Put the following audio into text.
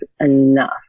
enough